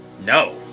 No